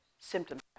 symptoms